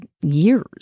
years